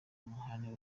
amahane